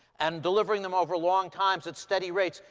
and delivering them over long times at steady rates,